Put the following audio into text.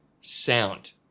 sound